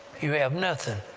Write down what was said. you have nothing!